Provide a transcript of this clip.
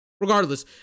Regardless